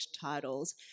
titles